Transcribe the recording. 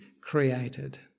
created